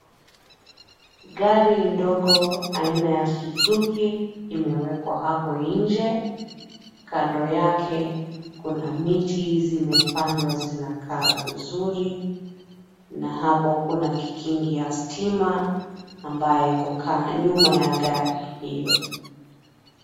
Gari ndogo aina ya suzuki imewekwa hapo nje. Kando yake kuna miti zimepandwa zinakaa vizuri na hapo kuna kikingi ya stima ambayo iko nyuma ya gari hiyo.